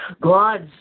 God's